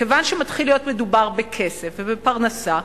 כיוון שמתחיל להיות מדובר בכסף ובפרנסה,